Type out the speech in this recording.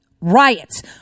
riots